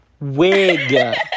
wig